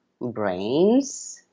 brains